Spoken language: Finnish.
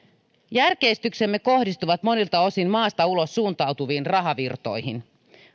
järkeistyksemme kohdistuvat monilta osin maasta ulos suuntautuviin rahavirtoihin